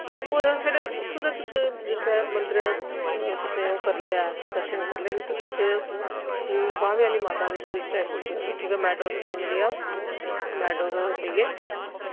और फिर उत्थुं दा तुस जिसलै मंदरे दा तुसें ओ कर लेया ऐ दर्शन कर ले न ते तुस बावे आह्ली माता तुस जाई सकदे ओ उत्थों गै मैडोर तुसें मिली जाग ते तुस मैडोर लेइयै